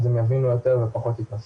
אז הם יבינו יותר ופחות יתנסו.